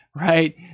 right